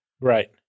Right